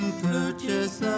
purchase